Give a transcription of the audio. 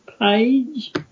page